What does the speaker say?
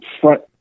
front